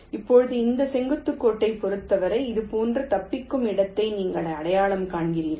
இப்போது இந்த செங்குத்து கோடுகளைப் பொறுத்தவரை இது போன்ற தப்பிக்கும் இடத்தை நீங்கள் அடையாளம் காண்கிறீர்கள்